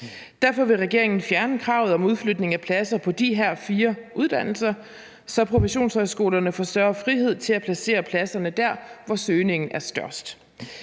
Derfor vil regeringen fjerne kravet om udflytning af pladser på de her fire uddannelser, så professionshøjskolerne får større frihed til at placere pladserne der, hvor søgningen er størst.